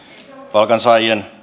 palkansaajien